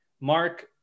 Mark